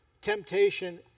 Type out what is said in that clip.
temptation